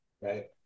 Right